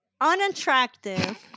unattractive